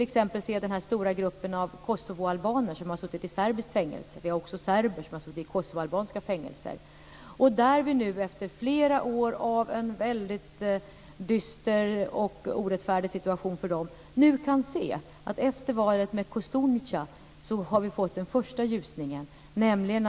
En stor grupp av kosovoalbaner som suttit i serbiska fängelser och serbiska fångar som suttit i kosovoalbanska fängelser kan nu, efter flera år av en väldigt dyster och orättfärdig situation för dem, efter valet av Kostunica se den första ljusningen.